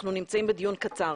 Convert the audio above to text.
אנחנו נמצאים בדיון קצר,